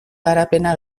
garapena